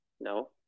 No